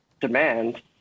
demand